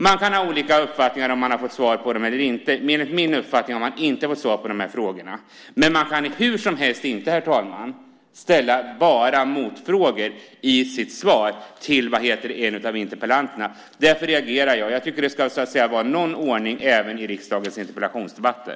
Man kan ha olika uppfattningar om man har fått svar på dem eller inte. Enligt min uppfattning har man inte fått svar på de här frågorna. Men man kan hur som helst inte, herr talman, bara ställa motfrågor i sitt svar till en interpellant. Därför reagerar jag. Jag tycker att det ska vara någon ordning även i riksdagens interpellationsdebatter.